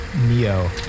Neo